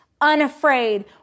unafraid